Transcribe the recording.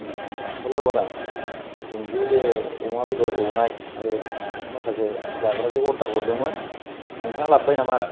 हेल' आदा जों जे बे अमा बेदर एवनाय आरो माखासे जाग्रा जे अरदार हरदोंमोन नोंथाङा लाबोबाय नामा आदा